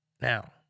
Now